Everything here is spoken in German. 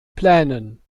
plänen